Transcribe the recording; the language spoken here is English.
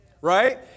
Right